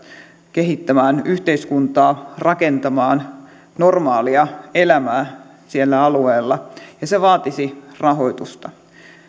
kehittämään yhteiskuntaa rakentamaan normaalia elämää siellä alueella ja se vaatisi rahoitusta se